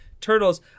turtles